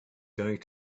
going